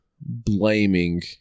blaming